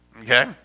Okay